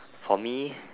for me